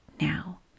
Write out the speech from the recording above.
now